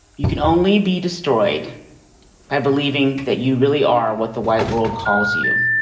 you can only be destroyed by believing that you really are what the white world calls you.